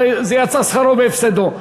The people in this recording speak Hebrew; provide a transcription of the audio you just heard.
יצא שכרו בהפסדו.